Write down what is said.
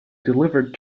delivered